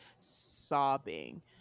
sobbing